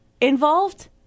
involved